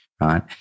Right